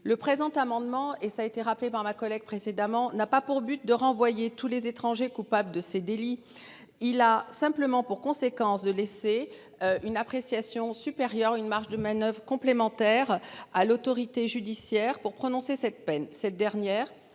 Le présent amendement et ça été rappelé par ma collègue précédemment n'a pas pour but de renvoyer tous les étrangers coupables de ces délits. Il a simplement pour conséquence de laisser une appréciation supérieure une marge de manoeuvre complémentaire à l'autorité judiciaire pour prononcer cette peine cette dernière